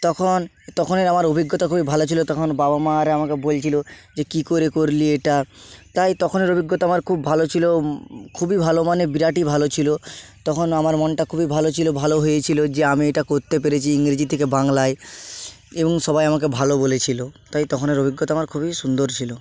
তখন তখনের আমার অভিজ্ঞতা খুবই ভালো ছিল তখন বাবা মা আরে আমাকে বলছিল যে কী করে করলি এটা তাই তখনের অভিজ্ঞতা আমার খুব ভালো ছিল খুবই ভালো মানে বিরাটই ভালো ছিল তখন আমার মনটা খুবই ভালো ছিল ভালো হয়েছিল যে আমি এটা করতে পেরেছি ইংরেজি থেকে বাংলায় এবং সবাই আমাকে ভালো বলেছিল তাই তখনের অভিজ্ঞতা আমার খুবই সুন্দর ছিল